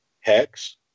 hex